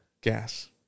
Gas